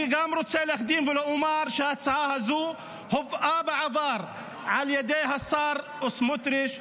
אני גם רוצה להקדים ולומר שההצעה הזו הובאה בעבר על ידי השר סמוטריץ',